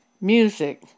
music